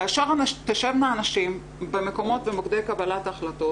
כאשר תשבנה אנשים במקומות ומוקדי קבלת החלטות,